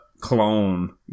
clone